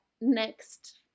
next